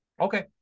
okay